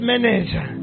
Manager